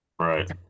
Right